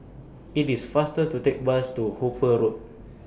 IT IS faster to Take Bus to Hooper Road